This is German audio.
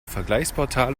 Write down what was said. vergleichsportal